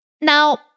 Now